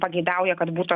pageidauja kad būtų